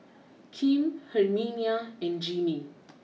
Kim Herminia and Jimmy